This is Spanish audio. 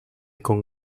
con